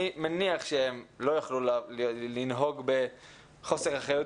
אני מניח שהם לא יכלו לנהוג בחוסר אחריות